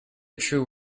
true